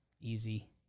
Easy